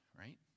right